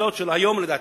התוצאות שלה היום, לדעתי,